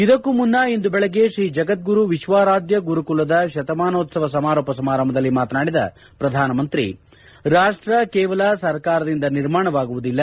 ಇದಕ್ಕೂ ಮುನ್ನ ಇಂದು ಬೆಳಗ್ಗೆ ತ್ರೀ ಜಗದ್ಗುರು ವಿಶ್ವಾರಾಧ್ಯ ಗುರುಕುಲದ ಶತಮಾನೋತ್ವವದ ಸಮಾರೋಪ ಸಮಾರಂಭದಲ್ಲಿ ಮಾತನಾಡಿದ ಪ್ರಧಾನಮಂತ್ರಿ ರಾಷ್ಟ ಕೇವಲ ಸರ್ಕಾರದಿಂದ ನಿರ್ಮಾಣವಾಗುವುದಿಲ್ಲ